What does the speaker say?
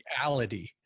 reality